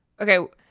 Okay